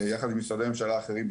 יחד עם משרדי הממשלה האחרים,